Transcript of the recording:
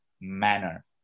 manner